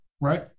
Right